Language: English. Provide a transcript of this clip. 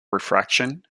refraction